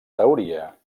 teoria